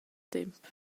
temp